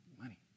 Money